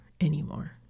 anymore